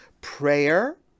Prayer